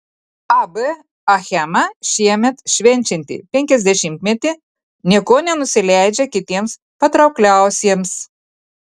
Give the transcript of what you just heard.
ab achema šiemet švenčianti penkiasdešimtmetį niekuo nenusileidžia kitiems patraukliausiems